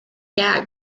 gag